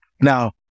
Now